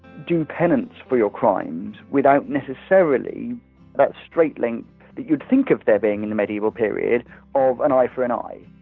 do penance for your crimes without necessarily that straight link that you'd think of there being in the medieval period of an eye for an eye,